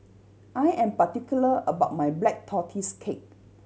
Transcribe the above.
I am particular about my Black Tortoise Cake